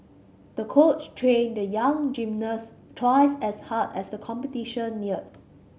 the coach trained the young gymnast twice as hard as the competition neared